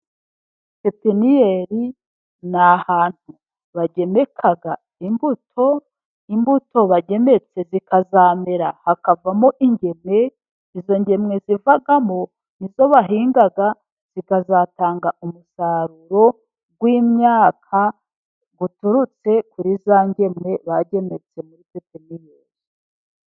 Pipiniyeri ni ahantu bagemeka imbuto, imbuto bagemetse zikazamera, hakavamo ingemwe, izo ngemwe zivamo ni zo bahinga zikazatanga umusaruro w'imyaka uturutse, kuri za ngemwe bagembetse muri pipiniyeri.